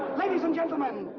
ladies and gentlemen,